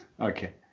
Okay